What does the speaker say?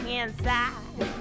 inside